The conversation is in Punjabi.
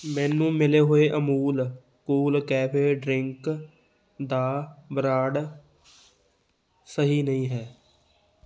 ਮੈਨੂੰ ਮਿਲੇ ਹੋਏ ਅਮੂਲ ਕੂਲ ਕੈਫੇ ਡਰਿੰਕ ਦਾ ਬ੍ਰਾਂਡ ਸਹੀ ਨਹੀਂ ਹੈ